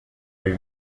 may